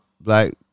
black